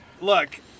Look